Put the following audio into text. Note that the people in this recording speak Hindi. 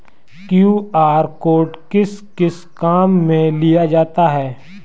क्यू.आर कोड किस किस काम में लिया जाता है?